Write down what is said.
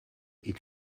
est